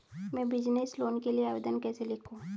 मैं business loan के लिए आवेदन कैसे लिखूँ?